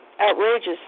outrageous